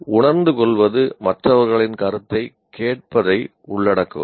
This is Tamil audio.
உணர்ந்துகொள்வது மற்றவர்களின் கருத்தை கேட்பதை உள்ளடக்குகிறது